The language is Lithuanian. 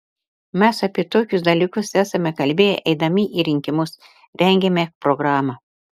mes apie tokius dalykus esame kalbėję eidami į rinkimus rengėme programą